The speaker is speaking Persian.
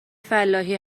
فلاحی